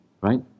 right